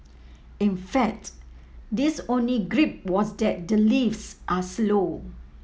in fact this only gripe was that the lifts are slow